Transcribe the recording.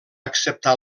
acceptar